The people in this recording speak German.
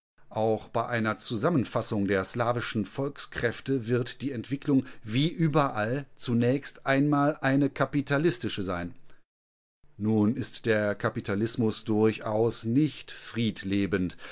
auch bei einer zusammenfassung der slavischen volkskräfte wird die entwicklung wie überall zunächst einmal eine kapitalistische sein nun ist der kapitalismus durchaus nicht friedliebend